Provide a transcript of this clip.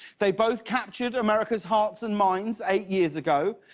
they both captured america's hearts and minds eight years ago,